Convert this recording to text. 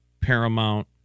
Paramount